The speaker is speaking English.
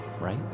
right